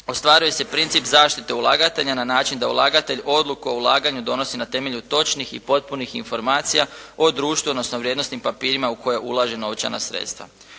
Ostvaruje se princip zaštite ulagatelja na način da ulagatelj odluku o ulaganju donosi na temelju točnih i potpunih informacija o društvu, odnosno vrijednosnim papirima u koje ulaže novčana sredstva.